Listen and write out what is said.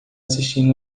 assistindo